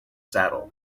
saddle